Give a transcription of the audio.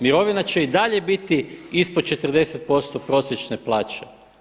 Mirovina će i dalje biti ispod 40% prosječne plaće.